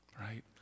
right